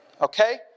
Okay